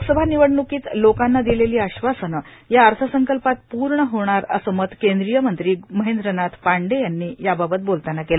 लोकसभा निवडण्कीत लोकांना दिलेली आश्वासनं या अर्थसंकल्पात पूर्ण होणार असं मत केंद्रीय मंत्री महेंद्रनाथ पांडे यांनी याबाबत बोलतांना केलं